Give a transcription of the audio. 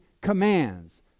commands